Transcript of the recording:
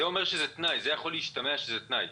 יכול להשתמע שזה תנאי.